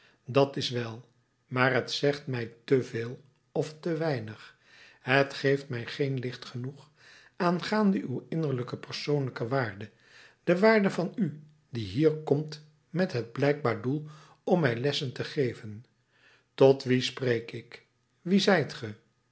dat is wel maar het zegt mij te veel of te weinig het geeft mij geen licht genoeg aangaande uw innerlijke persoonlijke waarde de waarde van u die hier komt met het blijkbaar doel om mij lessen te geven tot wien spreek ik wie zijt